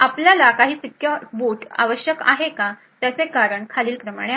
आपल्याला काही secure boot आवश्यक का आहे त्याचे कारण खालील प्रमाणे आहे